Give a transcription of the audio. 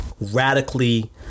Radically